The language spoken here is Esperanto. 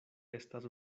estas